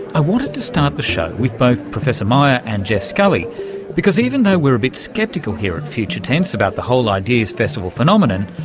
i wanted to start the show with both professor meyer and jess scully because even though we're a bit sceptical here at future tense about the whole ideas festival phenomenon,